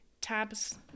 tabs